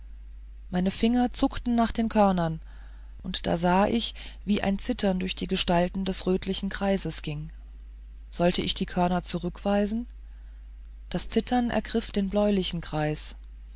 meine finger zuckten nach den körnern und da sah ich wie ein zittern durch die gestalten des rötlichen kreises ging sollte ich die körner zurückweisen das zittern ergriff den bläulichen kreis